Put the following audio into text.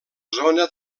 zona